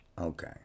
okay